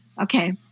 okay